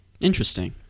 interesting